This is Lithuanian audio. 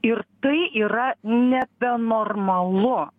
ir tai yra nebenormalu